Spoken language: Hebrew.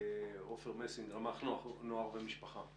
עופר מסינג, רמ"ח נוער ומשפחה.